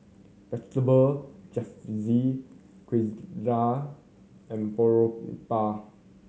Vegetable Jalfrezi Quesadillas and Boribap